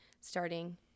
starting